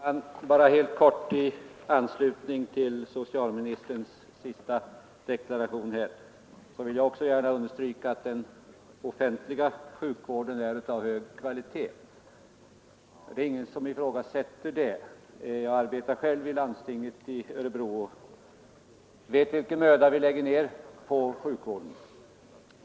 Herr talman! Bara några få ord! I anslutning till socialministerns senaste deklaration vill jag också vitsorda att den offentliga sjukvården är av hög kvalitet. Det är ingen som ifrågasätter detta. Jag arbetar själv i landstinget i Örebro län och vet vilken möda vi lägger ner på sjukvården.